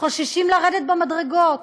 חוששים לרדת במדרגות,